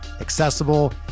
accessible